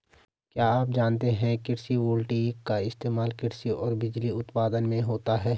क्या आप जानते है कृषि वोल्टेइक का इस्तेमाल कृषि और बिजली उत्पादन में होता है?